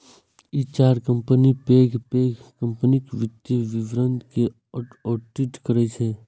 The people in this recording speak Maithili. ई चारू कंपनी पैघ पैघ कंपनीक वित्तीय विवरण के ऑडिट करै छै